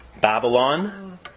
Babylon